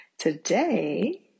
Today